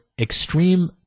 extreme